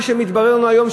מה שמתברר לנו היום,